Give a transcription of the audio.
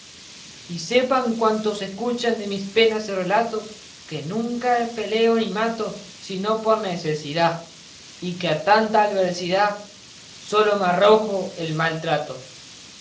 y sepan cuantos escuchan de mis penas el relato que nunca peleo ni mato sino por necesidá y que a tanta alversidá sólo me arrojó el